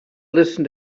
listen